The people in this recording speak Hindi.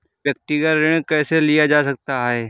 व्यक्तिगत ऋण कैसे लिया जा सकता है?